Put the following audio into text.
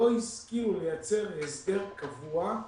לא השכילו לייצר הסדר קבוע,